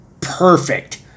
perfect